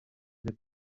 est